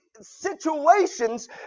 situations